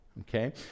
okay